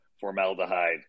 formaldehyde